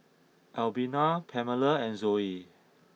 Albina Pamela and Zoe